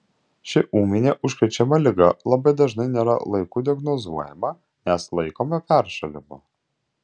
ši ūminė užkrečiama liga labai dažnai nėra laiku diagnozuojama nes laikoma peršalimu